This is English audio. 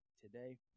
today